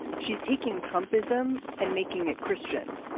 she's taking trump ism and making it christian